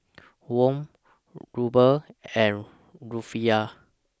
Won Ruble and Rufiyaa